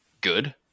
good